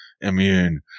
immune